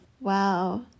Wow